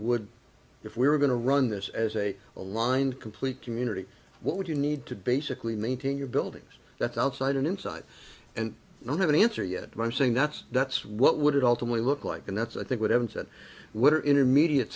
would if we were going to run this as a aligned complete community what would you need to basically maintain your buildings that's outside and inside and not have an answer yet and i'm saying that's that's what would it ultimately look like and that's i think what happens that we're intermediate